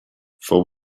fou